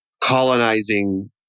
colonizing